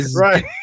right